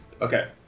Okay